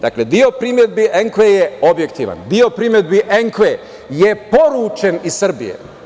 Dakle, deo primedbi ENKVA je objektivan, deo primedbi ENKVA je poručen iz Srbije.